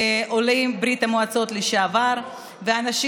אולי שחבר הכנסת בוסו ייתן דבר תורה עד שהשרה תגיע.